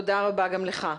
תודה רבה גם לך.